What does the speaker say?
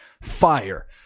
fire